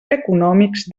econòmics